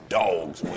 dogs